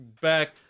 back